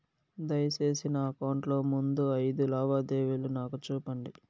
దయసేసి నా అకౌంట్ లో ముందు అయిదు లావాదేవీలు నాకు చూపండి